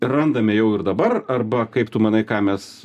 randame jau ir dabar arba kaip tu manai ką mes